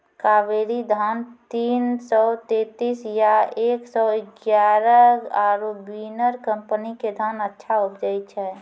कावेरी धान तीन सौ तेंतीस या एक सौ एगारह आरु बिनर कम्पनी के धान अच्छा उपजै छै?